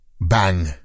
Bang